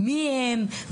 מיהם,